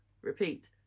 Repeat